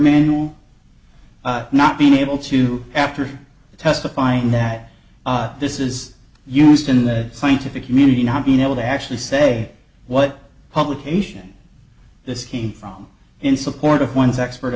manual not being able to do after testifying that this is used in the scientific community not being able to actually say what publication this came from in support of one's expert